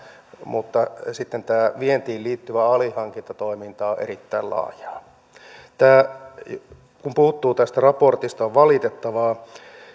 mutta sitten tämä vientiin liittyvä alihankintatoiminta on erittäin laajaa tämä puuttuu tästä raportista se on valitettavaa